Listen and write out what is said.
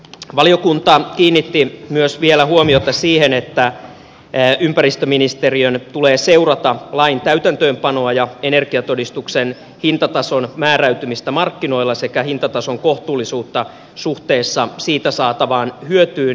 valiokunta kiinnitti vielä huomiota myös siihen että ympäristöministeriön tulee seurata lain täytäntöönpanoa ja energiatodistuksen hintatason määräytymistä markkinoilla sekä hintatason kohtuullisuutta suhteessa siitä saatavaan hyötyyn